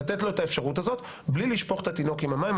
לתת לו את האפשרות הזאת בלי לשפוך את התינוק עם המים,